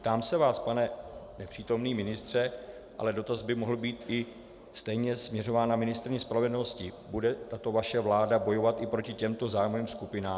Ptám se vás, pane nepřítomný ministře ale dotaz by mohl být i stejně směřován na ministryni spravedlnosti: Bude tato vaše vláda bojovat i proti těmto zájmovým skupinám?